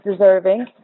deserving